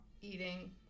eating